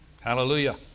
Hallelujah